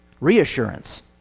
Reassurance